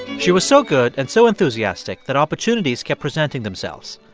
she was so good and so enthusiastic that opportunities kept presenting themselves.